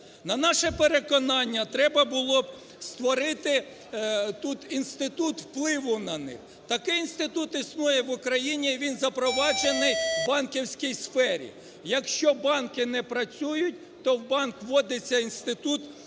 На наше переконання, треба було б створити тут інститут впливу на них. Такий інститут існує в Україні, він запроваджений в банківській сфері. Якщо банки не працюють, то в банк вводиться інститут